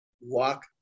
walk